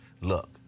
look